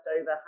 over